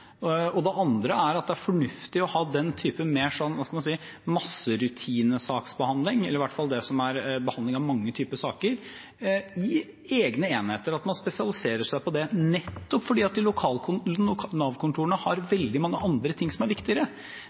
Og det andre er at det er fornuftig å ha den typen mer – hva skal man si – masserutinesaksbehandling, eller i hvert fall behandling av mange typer saker, i egne enheter, at man spesialiserer seg på det nettopp fordi de lokale Nav-kontorene har veldig mange andre ting som er viktigere.